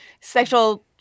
sexual